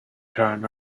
turn